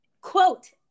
quote